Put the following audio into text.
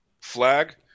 flag